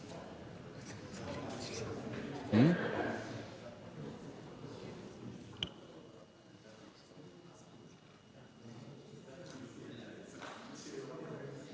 Hvala.